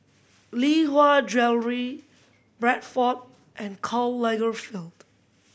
Lee Hwa Jewellery Bradford and Karl Lagerfeld